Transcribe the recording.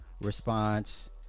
response